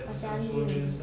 macam anjing